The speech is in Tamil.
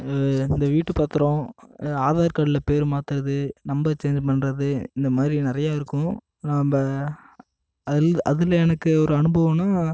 இந்த வீட்டு பத்திரம் ஆதார் கார்டில் பேர் மாற்றுறது நம்பர் சேஞ்ச் பண்றது இந்தமாதிரி நிறையா இருக்கும் நம்ம அதில் அதில் எனக்கு ஒரு அனுபவன்னால்